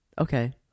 Okay